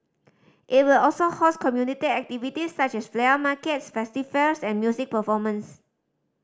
it will also host community activities such as flea markets festive fairs and music performance